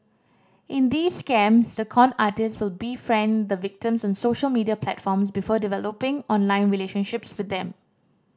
in these scams the con artists would befriend the victims on social media platforms before developing online relationships with them